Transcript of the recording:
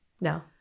No